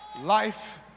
Life